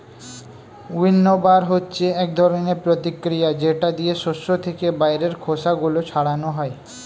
উইন্নবার হচ্ছে এক ধরনের প্রতিক্রিয়া যেটা দিয়ে শস্য থেকে বাইরের খোসা গুলো ছাড়ানো হয়